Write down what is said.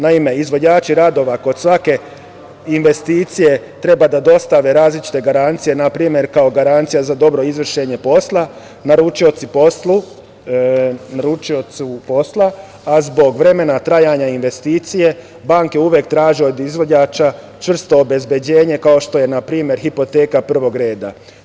Naime, izvođači radova kod svake investicije treba da dostave različite garancije, na primer kao garancija za dobro izvršenje posla, naručiocu posla, a zbog vremena trajanja investicije, banke uvek traže od izvođača čvrsto obezbeđenje kao što je na primer hipoteka prvog reda.